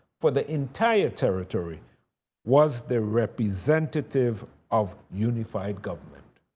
for the entire territory was the representative of unified government.